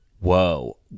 Whoa